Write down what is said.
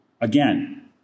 Again